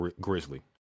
grizzly